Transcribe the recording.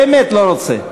אני באמת לא רוצה.